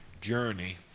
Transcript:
journey